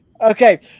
Okay